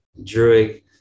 Druig